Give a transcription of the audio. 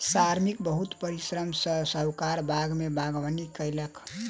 श्रमिक बहुत परिश्रम सॅ साहुकारक बाग में बागवानी कएलक